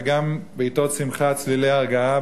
וגם בעתות שמחה צלילי הרגעה,